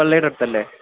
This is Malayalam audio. പള്ളിയുടെ അടുത്ത് അല്ലെ